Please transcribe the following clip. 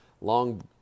long